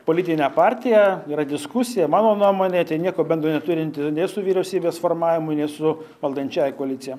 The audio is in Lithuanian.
politinę partiją yra diskusija mano nuomone tai nieko bendro neturinti su vyriausybės formavimu nei su valdančiąja koalicija